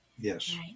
Yes